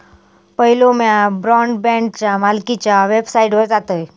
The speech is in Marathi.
पयलो म्या ब्रॉडबँडच्या मालकीच्या वेबसाइटवर जातयं